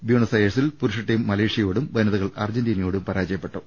Buenos അയേഴ്സിൽ പുരൂഷ team മലേഷ്യയോടും വനിതകൾ അർജന്റീനയോടും പരാജയപ്പെട്ടു